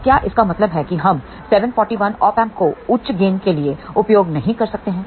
तो क्या इसका मतलब है कि हम 741Op Amp को उच्च गेन के लिए उपयोग नहीं कर सकते हैं